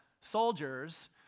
soldiers